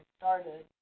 started